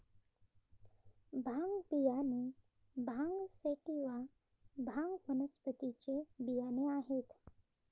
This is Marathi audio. भांग बियाणे भांग सॅटिवा, भांग वनस्पतीचे बियाणे आहेत